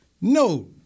No